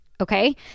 okay